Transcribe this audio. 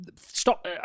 Stop